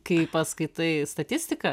kai paskaitai statistiką